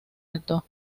alto